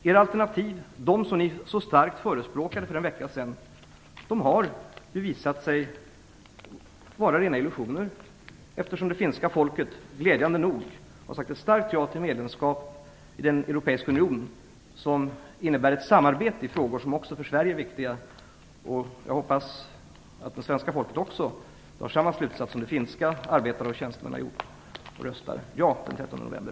De alternativ som ni så starkt förespråkade för en vecka sedan har visat sig vara rena illusioner, eftersom det finska folket glädjande nog har sagt ett starkt ja till medlemskap i den Europeiska unionen, som innebär ett samarbete i frågor som också för Sverige är viktiga. Jag hoppas att det svenska folket drar samma slutsats som finska arbetare och tjänstemän har gjort och röstar ja den 13 november.